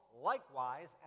likewise